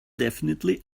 definitely